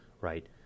right